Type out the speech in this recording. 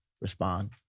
respond